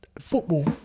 football